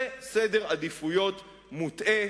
זה סדר עדיפויות מוטעה,